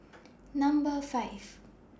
Number five